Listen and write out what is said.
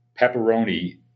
pepperoni